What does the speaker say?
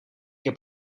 heb